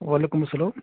وعلیکُم اسلام